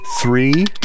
three